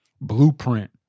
blueprint